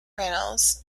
reynolds